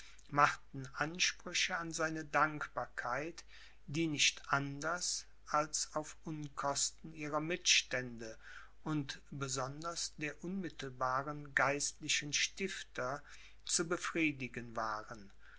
machten ansprüche an seine dankbarkeit die nicht anders als auf unkosten ihrer mitstände und besonders der unmittelbaren geistlichen stifter zu befriedigen waren